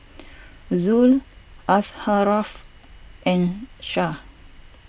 Zul Asharaff and Syah